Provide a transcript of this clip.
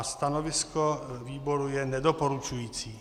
Stanovisko výboru je nedoporučující.